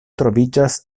troviĝas